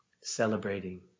celebrating